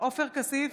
עופר כסיף,